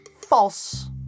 false